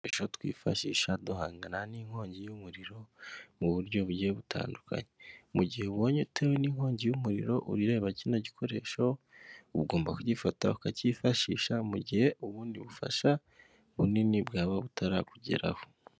Ibikoresha twifashisha duhangana n'inkongi y'umuriro mu buryo bugiye butandukanye. Mu gihe ubonye utewe n'inkongi y'umuriro ureba kino gikoresho, ugomba kugifata ukacyifashisha mu gihe ubundi bufasha bunini bwaba butarakugeraho.